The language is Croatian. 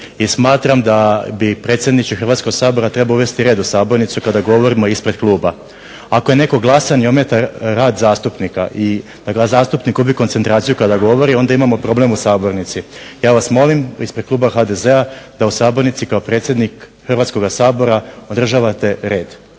smatram da bi predsjedniče Hrvatskog sabora trebao uvesti red u sabornici kada govorimo ispred kluba. Ako je netko glasan i ometa rad zastupnika i da zastupnik gubi koncentraciju kada govori onda imamo problem u sabornici. Ja vas molim ispred kluba HDZ-a da u sabornici kao predsjednik Hrvatskoga sabora održavate red.